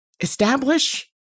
Establish